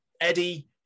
Eddie